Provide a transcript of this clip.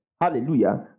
hallelujah